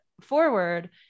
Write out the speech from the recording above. forward